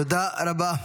תודה רבה.